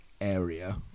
area